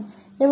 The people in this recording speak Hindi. sn1 है